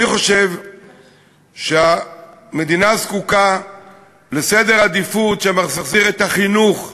אני חושב שהמדינה זקוקה לסדר עדיפויות שמחזיר את החינוך לסדר-היום.